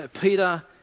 Peter